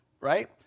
right